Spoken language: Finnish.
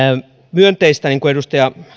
myönteistä niin kuin edustaja